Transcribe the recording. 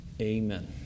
Amen